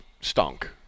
stunk